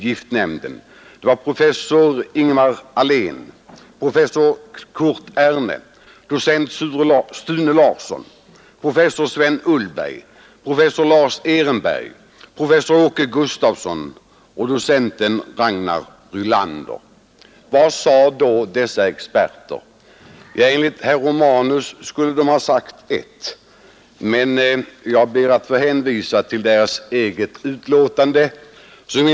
Till denna expertgrupp hörde professor Ingemar Ahlén, professor Kurt Erne, docent Sune Larsson, professor Sven Ullberg, professor Lars Ehrenberg, professor Åke Gustafsson och docent Ragnar Rylander. Vad sade då dessa experter? Enligt herr Romanus skulle de ha sagt ett, men jag ber att få hänvisa till deras egen rapport.